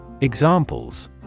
Examples